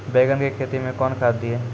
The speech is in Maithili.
बैंगन की खेती मैं कौन खाद दिए?